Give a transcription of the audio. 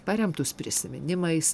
paremtus prisiminimais